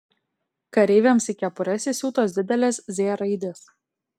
kareiviams į kepures įsiūtos didelės z raidės